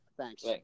Thanks